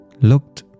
looked